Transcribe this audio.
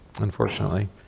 unfortunately